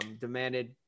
demanded